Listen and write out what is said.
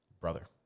brother